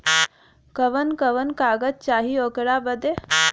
कवन कवन कागज चाही ओकर बदे?